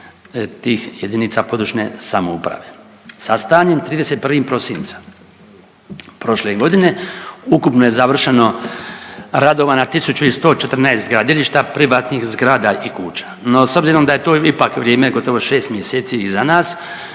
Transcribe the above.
tih jedinica područne samouprave. Sa stanjem 31. prosinca prošle godine ukupno je završeno radova na 1.114 gradilišta privatnih zgrada i kuća, no s obzirom da je to ipak vrijeme gotovo 6 mjeseci iza nas